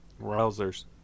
Rousers